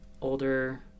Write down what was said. older